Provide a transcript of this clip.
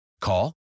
Call